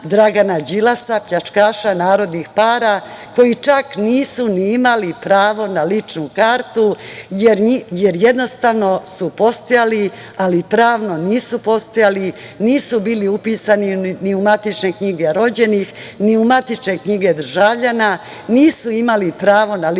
Dragana Đilasa, pljačkaša narodnih para, koji čak nisu ni imali pravo na ličnu kartu, jer jednostavno su postojali, ali pravno nisu postojali, nisu bili upisani ni u matične knjige rođenih, ni u matične knjige državljana, nisu imali pravo na lične karte,